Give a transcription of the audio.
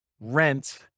rent